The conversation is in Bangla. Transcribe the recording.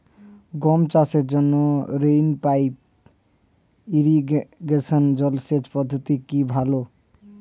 গম চাষের জন্য রেইন পাইপ ইরিগেশন জলসেচ পদ্ধতিটি কি ভালো?